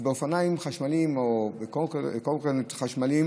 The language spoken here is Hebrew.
באופניים חשמליים או בקורקינטים חשמליים